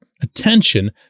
attention